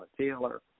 Taylor